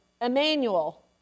Emmanuel